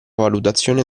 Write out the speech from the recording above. valutazione